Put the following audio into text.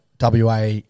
WA